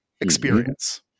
experience